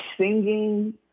singing